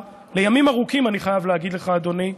לימים ארוכים, אני חייב להגיד לך, אדוני,